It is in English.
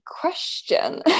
question